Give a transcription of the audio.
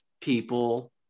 people